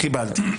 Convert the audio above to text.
קיבלתי.